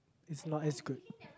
is not as good